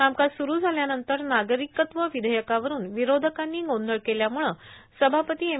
कामकाज सुरू झाल्यानंतर नागरिकत्व विधेयकावरून विरोधकांनी गोंधळ केल्यामुळं सभापती एम